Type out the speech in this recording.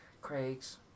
Craigs